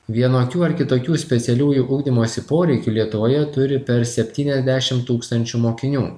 vienokių ar kitokių specialiųjų ugdymosi poreikių lietuvoje turi per septyniasdešim tūkstančių mokinių